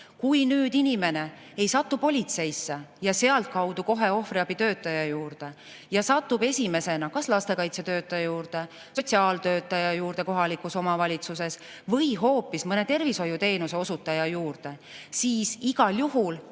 Kui inimene ei satu politseisse ja sealtkaudu kohe ohvriabitöötaja juurde, vaid satub esimesena kas lastekaitsetöötaja juurde, sotsiaaltöötaja juurde kohalikus omavalitsuses või hoopis mõne tervishoiuteenuse osutaja juurde, siis igal juhul